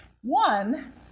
one